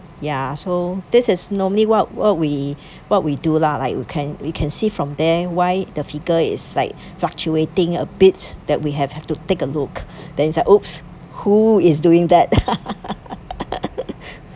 ya so this is normally what what we what we do lah like you can we can see from there why the figure is like fluctuating a bit that we have to take a look then is like !oops! who is doing that